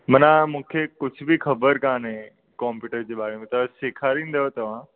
मन मूंखे कुझु बि ख़बर कोन्हे कॉम्यूटर जे बारे में त सेखारिंदव तव्हां